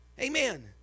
Amen